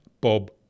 Bob